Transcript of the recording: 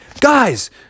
guys